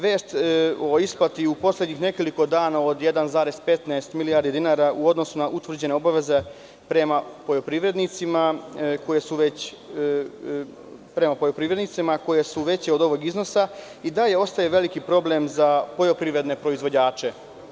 Vest o isplati u poslednjih nekoliko dana od 1,15 milijardi dinara u odnosu na utvrđene obaveze prema poljoprivrednicima koje su veće od ovog iznosa i dalje ostaje veliki problem za poljoprivredne proizvođače.